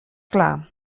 clar